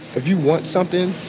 if you want something,